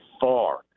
far –